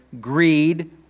greed